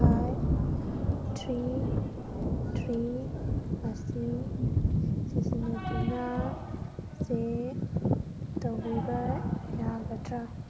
five three three ꯑꯁꯤ ꯁꯤꯖꯤꯟꯅꯗꯨꯅ check ꯇꯧꯕꯤꯕ ꯌꯥꯒꯗ꯭ꯔ